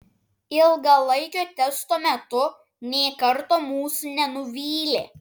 ilgalaikio testo metu nė karto mūsų nenuvylė